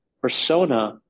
persona